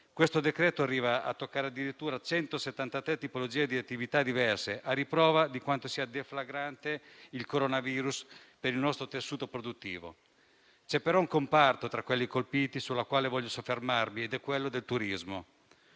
Il provvedimento arriva a toccare addirittura 173 tipologie di attività diverse, a riprova di quanto sia deflagrante il coronavirus per il nostro tessuto produttivo. C'è però un comparto tra quelli colpiti sul quale voglio soffermarmi ed è quello del turismo.